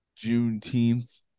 Juneteenth